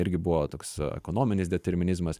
irgi buvo toks ekonominis determinizmas